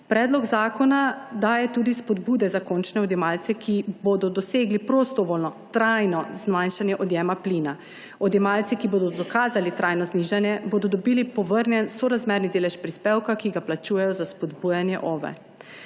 Predlog zakona daje tudi spodbude za končne odjemalce, ki bodo dosegli prostovoljno trajno zmanjšanje odjema plina. Odjemalci, ki bodo dokazali trajno znižanje, bodo dobili povrnjen sorazmerni delež prispevka, ki ga plačujejo za spodbujanje OVE.